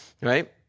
Right